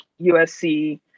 USC